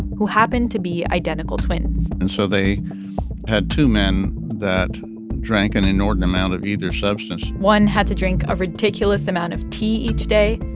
who happened to be identical twins and so they had two men that drank an inordinate amount of either substance. one had to drink a ridiculous amount of tea each day,